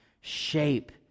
shape